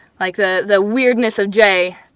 like the the weirdness of j,